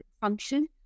function